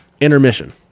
intermission